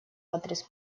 адрес